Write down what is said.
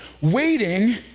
waiting